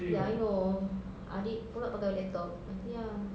ya I know adik pula pakai laptop ya